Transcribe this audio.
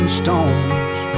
stones